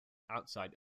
outside